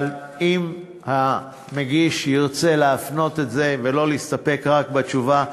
אבל אם המגיש ירצה להפנות את זה ולא להסתפק בתשובה,